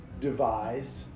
devised